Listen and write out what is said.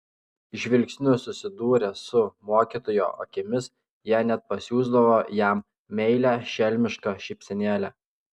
žvilgsniu susidūrę su mokytojo akimis jie net pasiųsdavo jam meilią šelmišką šypsenėlę